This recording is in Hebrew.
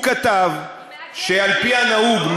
הוא כתב שעל-פי הנהוג,